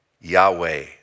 Yahweh